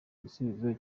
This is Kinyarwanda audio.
igisubizo